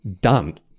done